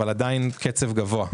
אבל עדיין קצב גבוה,